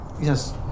Yes